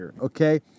okay